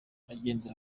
agendera